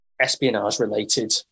espionage-related